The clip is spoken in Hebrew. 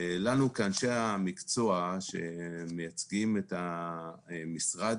לנו כאנשי המקצוע שמייצגים את המשרד